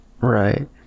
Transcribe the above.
right